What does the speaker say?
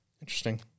Interesting